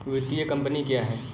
वित्तीय कम्पनी क्या है?